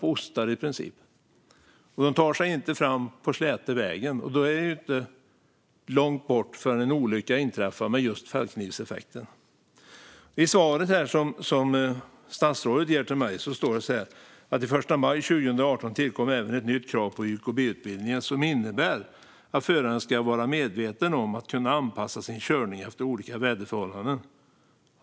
De rullar i princip på ostar. De kan inte ta sig fram på den släta vägen, och då är det inte långt bort förrän en olycka inträffar med just fällknivseffekten. Statsrådet svarade mig att det i maj 2018 tillkom även ett nytt krav på YKB-utbildningen som innebär att föraren ska vara medveten om och kunna anpassa sin körning efter olika väderförhållanden.